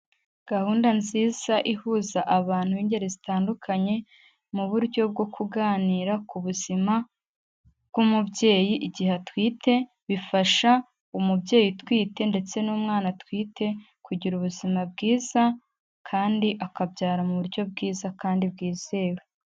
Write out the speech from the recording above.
Gahunda nziza ihuza abantu b'ingeri zitandukanye mu buryo bwo kuganira ku buzima bw'umubyeyi igihe atwite, bifasha umubyeyi utwite ndetse n'umwana atwite kugira ubuzima bwiza, kandi akabyara mu buryo bwiza kandi bwizewe.